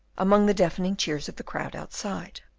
among the deafening cheers of the crowd outside.